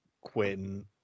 Quinn